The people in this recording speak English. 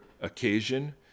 occasion